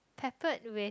peppered with